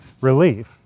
relief